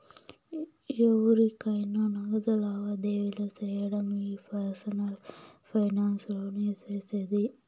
ఎవురికైనా నగదు లావాదేవీలు సేయడం ఈ పర్సనల్ ఫైనాన్స్ లోనే సేసేది